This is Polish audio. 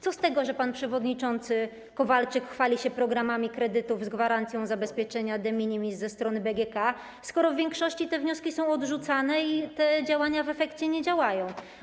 Co z tego, że pan przewodniczący Kowalczyk chwali się programami dotyczącymi kredytów z gwarancją zabezpieczenia de minimis ze strony BGK, skoro w większości te wnioski są odrzucane i to w efekcie nie działa?